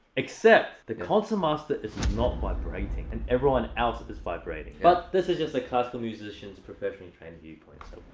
except! the concertmaster is is not vibrating, and everyone else is vibrating. but, this is just a classical musician's professional trained viewpoint. so.